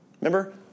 remember